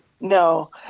No